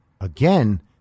Again